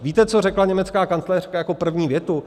Víte, co řekla německá kancléřka jako první větu?